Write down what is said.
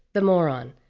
the moron,